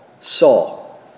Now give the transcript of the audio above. Saul